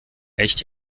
echt